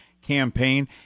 campaign